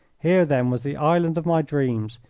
here, then, was the island of my dreams!